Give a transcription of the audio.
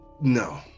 no